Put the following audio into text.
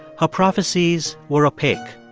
her prophecies were opaque.